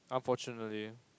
unfortunately